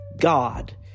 God